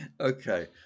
Okay